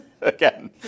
again